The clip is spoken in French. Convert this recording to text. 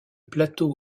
plateau